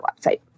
website